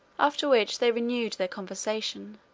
after which they renewed their conversation,